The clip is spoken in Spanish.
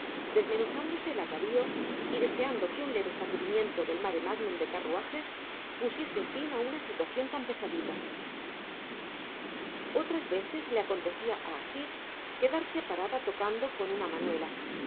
desmenuzándose el atavío y deseando que un leve sacudimiento del mare mágnum de carruajes pusiese fin a una situación tan pesadita otras veces le acontecía a asís quedarse parada tocando con una manuela